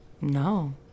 No